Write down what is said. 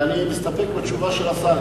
אני אסתפק בתשובה של השר.